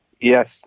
Yes